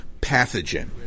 pathogen